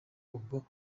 ubwo